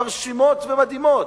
מרשימות ומדהימות,